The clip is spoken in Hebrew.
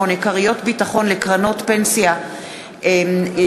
28) (כריות ביטחון לקרנות פנסיה ותיקות),